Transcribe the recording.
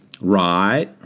Right